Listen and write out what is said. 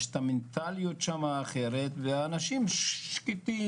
יש את המנטליות האחרת והאנשים שקטים